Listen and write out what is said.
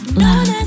love